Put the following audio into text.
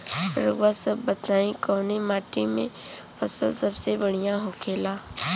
रउआ सभ बताई कवने माटी में फसले सबसे बढ़ियां होखेला?